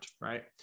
Right